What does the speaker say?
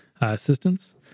assistance